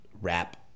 rap